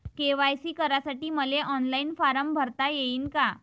KYC करासाठी मले online form भरता येईन का?